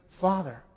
Father